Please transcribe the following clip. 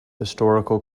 historical